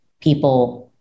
people